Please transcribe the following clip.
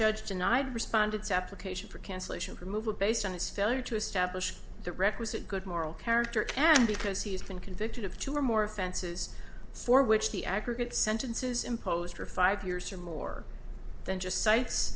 judge denied respondents application for cancellation removal based on its failure to establish the requisite good moral character and because he's been convicted of two or more offenses for which the aggregate sentences imposed for five years or more than just cites